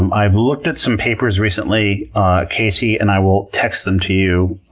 i've looked at some papers recently casey and i will text them to you